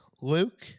Luke